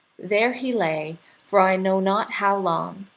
there he lay for i know not how long,